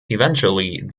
eventually